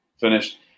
finished